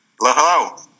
Hello